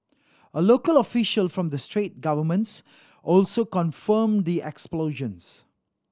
a local official from the straight governments also confirmed the explosions